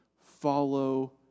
Follow